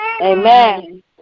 Amen